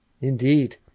Indeed